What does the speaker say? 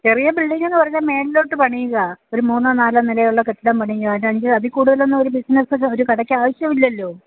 ചെറിയ ബിൽഡിങ്ങെന്ന് പറഞ്ഞാൽ മുകളിലോട്ട് പണിയുക ഒരു മൂന്നോ നാലോ നിലയുള്ള കെട്ടിടം പണിയുക ഒരഞ്ച് അതിൽ കൂടുതലൊന്നും ഒരു ബിസിനസ്സിന് ഒരു കടക്ക് ആവശ്യമില്ലല്ലൊ